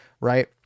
right